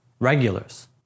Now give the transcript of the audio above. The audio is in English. regulars